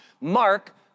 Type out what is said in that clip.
Mark